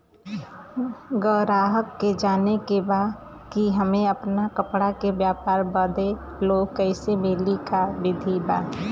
गराहक के जाने के बा कि हमे अपना कपड़ा के व्यापार बदे लोन कैसे मिली का विधि बा?